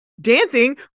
dancing